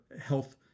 health